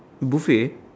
buffet